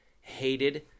hated